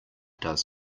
does